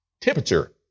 Temperature